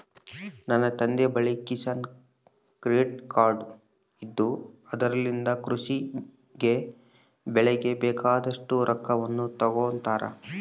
ನನ್ನ ತಂದೆಯ ಬಳಿ ಕಿಸಾನ್ ಕ್ರೆಡ್ ಕಾರ್ಡ್ ಇದ್ದು ಅದರಲಿಂದ ಕೃಷಿ ಗೆ ಬೆಳೆಗೆ ಬೇಕಾದಷ್ಟು ರೊಕ್ಕವನ್ನು ತಗೊಂತಾರ